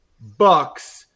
Bucks